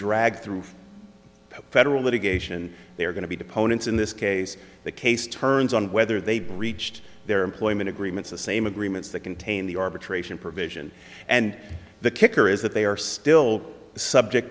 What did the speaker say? dragged through federal litigation they are going to be deponents in this case the case turns on whether they breached their employment agreements the same agreements that contain the arbitration provision and the kicker is that they are still subject